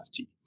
NFT